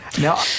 Now